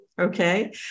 Okay